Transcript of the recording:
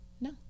No